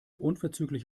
unverzüglich